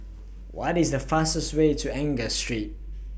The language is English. What IS The fastest Way to Angus Street